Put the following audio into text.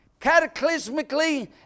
cataclysmically